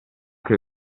che